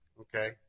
Okay